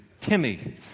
Timmy